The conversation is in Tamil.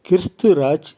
கிறிஸ்துராஜ்